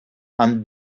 and